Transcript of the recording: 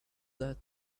that